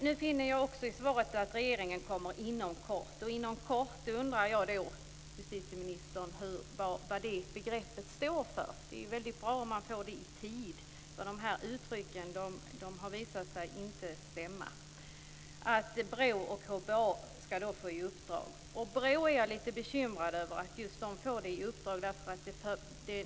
Nu finner jag också i svaret att regeringen kommer att ta upp detta inom kort. Då undrar jag, justitieministern, vad begreppet "inom kort" står för. Det är ju väldigt bra om man får detta uttryckt i tid, för de här uttrycken har visat sig inte stämma. BRÅ och KBA skall få detta uppdrag. Jag är litet bekymrad över att just BRÅ får uppdraget.